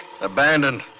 Abandoned